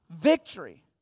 victory